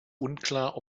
unklar